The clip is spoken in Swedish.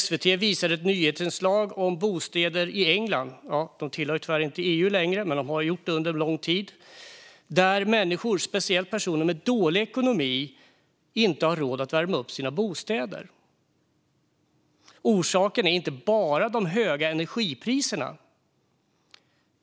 SVT visade ett nyhetsinslag om bostäder i England - det tillhör tyvärr inte EU längre, men det har gjort det under lång tid - där människor, speciellt personer med en dålig ekonomi, inte har råd att värma upp sina bostäder. Orsaken är inte bara de höga energipriserna.